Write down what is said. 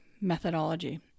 methodology